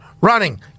running